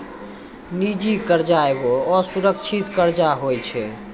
निजी कर्जा एगो असुरक्षित कर्जा होय छै